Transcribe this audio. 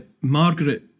Margaret